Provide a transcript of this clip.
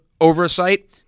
oversight